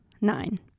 nine